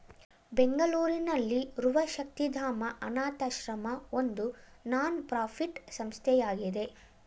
ಬೆಂಗಳೂರಿನಲ್ಲಿರುವ ಶಕ್ತಿಧಾಮ ಅನಾಥಶ್ರಮ ಒಂದು ನಾನ್ ಪ್ರಫಿಟ್ ಸಂಸ್ಥೆಯಾಗಿದೆ